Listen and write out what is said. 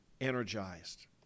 energized